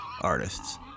artists